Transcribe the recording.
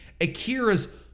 Akira's